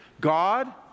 God